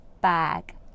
bag